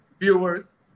viewers